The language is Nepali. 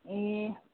ए